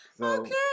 okay